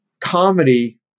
comedy